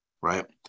right